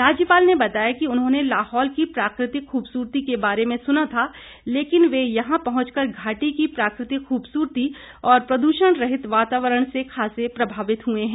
राज्यपाल ने बताया कि उन्होंने लाहौल की प्राकृतिक खुबसूरती के बारे में सुना था लेकिन वे यहां पहुंचकर घाटी की प्राकृतिक खुबसूरती और प्रदूषण रहित वातावरण से खासे प्रभावित हुए हैं